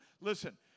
Listen